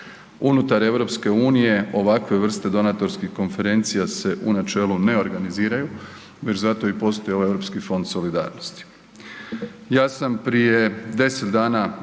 Unutar EU ovakve vrste donatorskih konferencija se u načelu ne organiziraju već zato i postoji ovaj Europski fond solidarnosti. Ja sam prije 10 dana